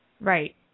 right